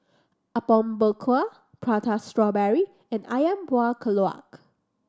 Apom Berkuah Prata Strawberry and Ayam Buah Keluak